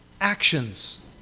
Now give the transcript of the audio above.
actions